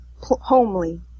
homely